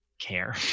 care